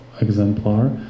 exemplar